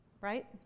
right